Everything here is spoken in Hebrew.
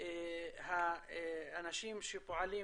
האנשים שפועלים